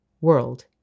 world